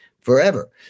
forever